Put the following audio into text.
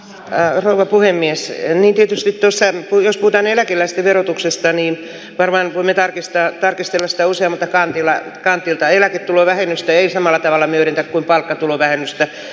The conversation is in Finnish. järvelle puhemies ei pysy tässä voidaan eläkeläisten verotuksesta niina päivänurmi tarkistaa tarkistetuista uusia mutta välillä rampilta eläketulovähennystä ei samalla tavalla niitä kun palkkatulovähennystä